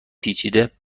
پیچیده